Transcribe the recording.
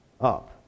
up